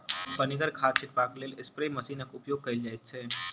पनिगर खाद छीटबाक लेल स्प्रे मशीनक उपयोग कयल जाइत छै